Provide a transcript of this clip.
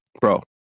bro